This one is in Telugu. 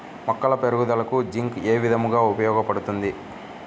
మొక్కల పెరుగుదలకు జింక్ ఏ విధముగా ఉపయోగపడుతుంది?